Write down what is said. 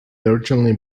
originally